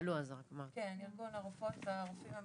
ארגון הרופאות והרופאים המתמחים.